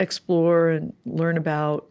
explore and learn about.